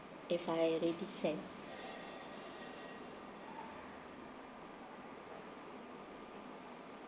if I already send